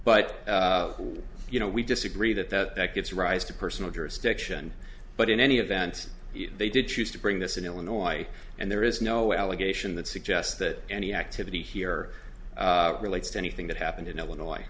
but you know we disagree that that gives rise to personal jurisdiction but in any event they did choose to bring this in illinois and there is no allegation that suggests that any activity here relates to anything that happened in illinois